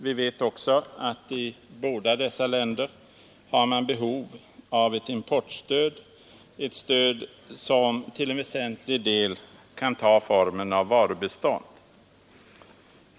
Vi vet också att i båda dessa länder har man behov av ett importstöd — ett stöd som till en väsentlig del kan ta formen av varubistånd.